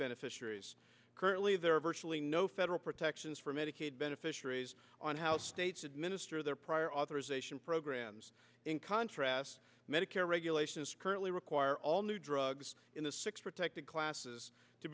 beneficiaries currently there are virtually no federal protections for medicaid been fisheries on how states administer their prior authorization programs in contrast medicare regulations currently require all new drugs in the six protected classes to